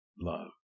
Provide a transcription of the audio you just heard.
love